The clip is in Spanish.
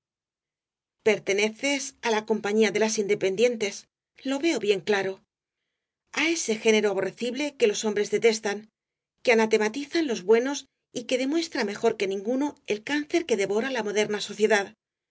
perteneces á la compañía de las independientes lo veo bien claro á ese género aborrecible que los hombres detestan que anatematizan los buenos y que demuestra mejor que ninguno el cáncer que devora la moderna sociedad